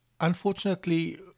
unfortunately